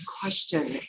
question